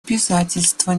обязательство